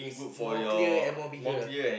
more clear and more bigger lah